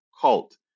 cult